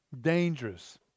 dangerous